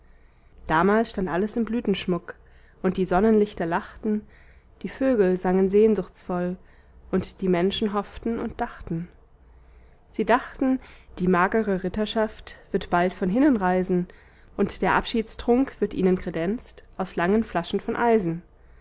damals stand alles im blütenschmuck und die sonnenlichter lachten die vögel sangen sehnsuchtvoll und die menschen hofften und dachten sie dachten die magere ritterschaft wird bald von hinnen reisen und der abschiedstrunk wird ihnen kredenzt aus langen flaschen von eisen